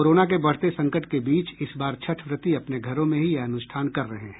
corona के बढ़ते संकट के बीच इस बार छठ व्रती अपने घरों में ही यह अनुष्ठान कर रहे हैं